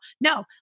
no